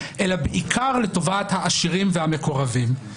אלא בעיקר לטובת העשירים והמקורבים.